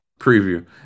preview